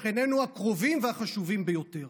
שכנינו הקרובים והחשובים ביותר?